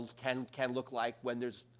can can look like, when there's,